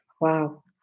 Wow